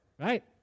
Right